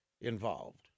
involved